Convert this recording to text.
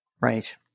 Right